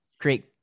create